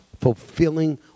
fulfilling